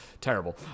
terrible